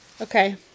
Okay